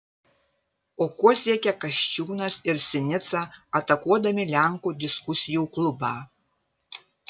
o kuo siekia kasčiūnas ir sinica atakuodami lenkų diskusijų klubą